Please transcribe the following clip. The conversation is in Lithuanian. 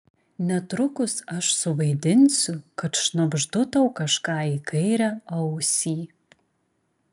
netrukus aš suvaidinsiu kad šnabždu tau kažką į kairę ausį